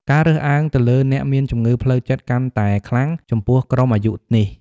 ការរើសអើងទៅលើអ្នកមានជំងឺផ្លូវចិត្តកាន់តែខ្លាំងចំពោះក្រុមអាយុនេះ។